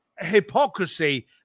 hypocrisy